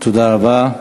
תודה רבה.